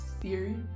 theory